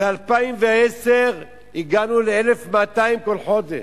ב-2010 הגענו ל-1,200 בכל חודש.